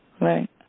Right